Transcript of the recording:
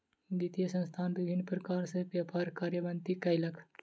वित्तीय संस्थान विभिन्न प्रकार सॅ व्यापार कार्यान्वित कयलक